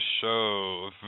show